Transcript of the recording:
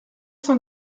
cent